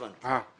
הבנתי.